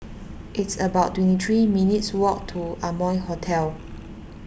it's about twenty three minutes' walk to Amoy Hotel